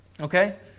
Okay